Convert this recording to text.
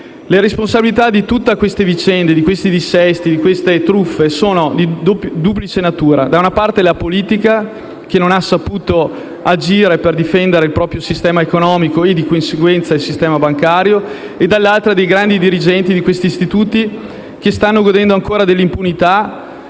Le responsabilità di tutte queste vicende, di questi dissesti e di queste truffe sono di duplice natura: da una parte, della politica, che non ha saputo agire per difendere il proprio sistema economico e di conseguenza bancario e, dall'altra, dei grandi dirigenti di questi istituti, che stanno godendo ancora dell'impunità,